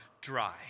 dry